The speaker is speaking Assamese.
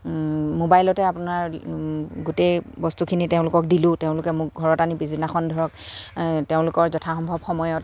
মোবাইলতে আপোনাৰ গোটেই বস্তুখিনি তেওঁলোকক দিলোঁ তেওঁলোকে মোক ঘৰত আনি পিছদিনাখন ধৰক তেওঁলোকৰ যথাসম্ভৱ সময়ত